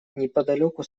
неподалеку